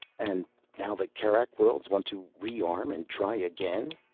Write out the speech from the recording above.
and now the kerak worlds want to rearm and try again,